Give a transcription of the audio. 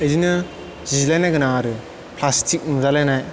बिदिनो जिलायनाय गोनां आरो प्लासटिक नुजालायनाय